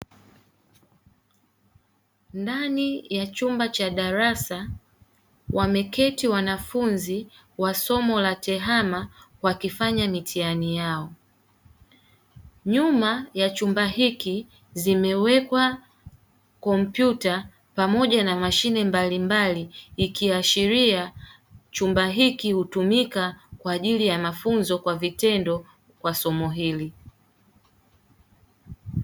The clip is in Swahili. Ndani ya chumba cha darasa wameketi wanafunzi wa somo la tehama wakifanya mitihani yao. Nyuma ya chunba hiki zimewekwa kompyuta pamoja na mashine mbalimbali ikiashiria chumba hiki hutumika kwaajili ya mafunzo kwa vitendo kwa somo hili.